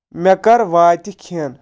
مےٚ کَر واتہِ کھٮ۪ن